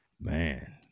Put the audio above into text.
Man